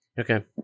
Okay